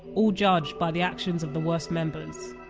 all judged by the actions of the worst members.